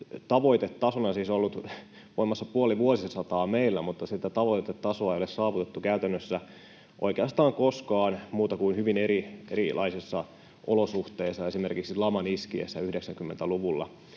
tavoitetasona siis ollut voimassa puoli vuosisataa meillä, mutta sitä tavoitetasoa ei ole saavutettu käytännössä oikeastaan koskaan muuten kuin hyvin erilaisissa olosuhteissa, esimerkiksi laman iskiessä 90-luvulla,